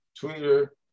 Twitter